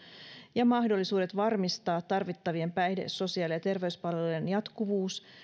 ja mahdollisuudet varmistaa tarvittavien päihde sosiaali ja terveyspalvelujen jatkuvuus